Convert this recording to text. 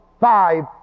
five